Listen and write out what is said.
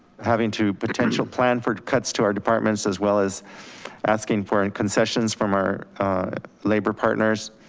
having to potential plan for cuts to our departments as well as asking for and concessions from our labor partners.